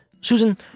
Susan